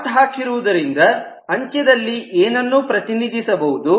dot ಹಾಕಿರುವುದರಿಂದ ಅಂತ್ಯದಲ್ಲಿ ಏನನ್ನೂ ಪ್ರತಿನಿಧಿಸಬಹುದು